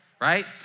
right